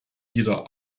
wieder